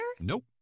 Nope